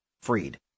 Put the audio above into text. freed